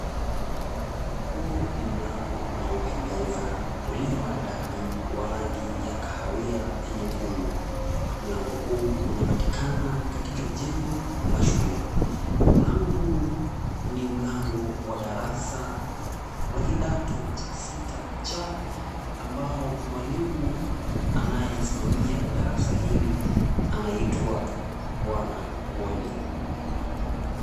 Huu ni mlango unaopendeza, ulio maridadi, wa rangi ya kahawia na nyekundu. Mlango huu unapatikana katika jengo la shule. Mlango huu ni mlango wa darasa la kidato cha sita cha ambao mwalimu anayesimamia darasa hili anaitwa Bwana Woli.